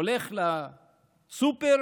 הולך לסופר